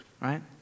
Right